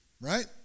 right